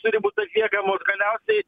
turi būt atliekamos galiausiai